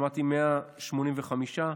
אמרתי 185,